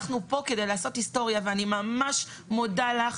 אנחנו כאן כדי לעשות היסטוריה ואני ממש מודה לך